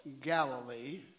Galilee